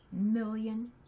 million